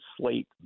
Slate